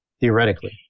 theoretically